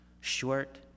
short